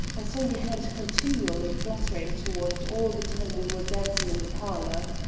i saw your hand continually fluttering toward it all the time we were dancing in the parlor.